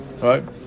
right